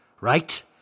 right